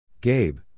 Gabe